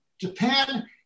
Japan